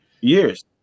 years